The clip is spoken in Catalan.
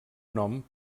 nom